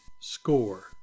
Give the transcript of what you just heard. score